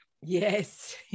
Yes